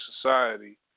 society